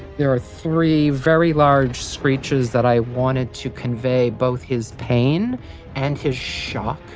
there are three very large screeches that i wanted to convey both his pain and his shock,